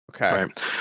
Okay